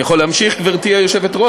יכול להמשיך, גברתי היושבת-ראש?